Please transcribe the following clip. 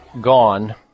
gone